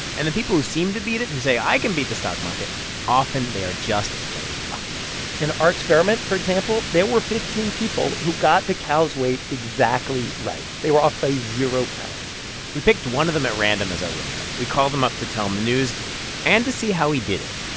and the people who seem to beat it who say, i can beat the stock market often, they are just plain lucky in our experiment, for example, there were fifteen people who got the cow's weight exactly right. they were off by zero pounds we picked one of them at random as our winner. we called him up to tell him the news and to see how he did it